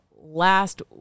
last